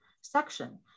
section